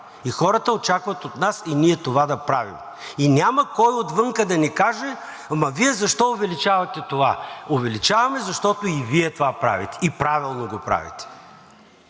Хората очакват от нас и ние това да правим. Няма кой отвън да ни каже: ама Вие защо увеличавате това? Увеличаваме, защото и Вие това правите и правилно го правите.